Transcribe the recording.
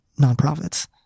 nonprofits